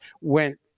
went